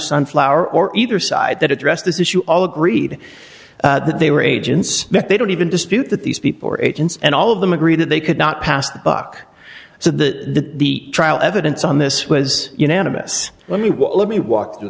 sunflower or either side that addressed this issue all agreed that they were agents they don't even dispute that these people were agents and all of them agreed that they could not pass the buck so the trial evidence on this was unanimous let me let me walk through